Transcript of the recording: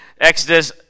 Exodus